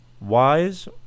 wise